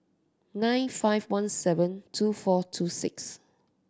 nine five one seven two four two six